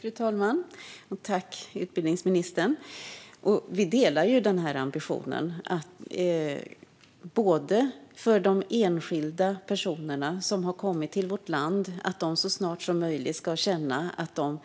Fru talman! Jag tackar utbildningsministern för detta. Vi delar ambitionen för de enskilda personer som har kommit till vårt land, att de så snart som möjligt ska känna att de